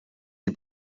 die